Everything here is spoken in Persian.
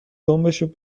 دمبشو